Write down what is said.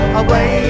away